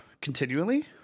continually